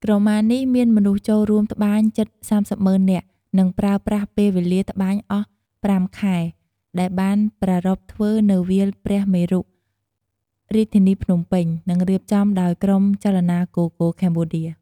ក្រមានេះមានមនុស្សចូលរួមត្បាញជិត៣០ម៉ឺននាក់ និងប្រើប្រាស់ពេលវេលាត្បាញអស់០៥ខែ ដែលបានប្រារព្ធធ្វើនៅវាលព្រះមេរុ រាជធានីភ្នំពេញ និងរៀបចំដោយក្រុមចលនា GoGo Cambodia។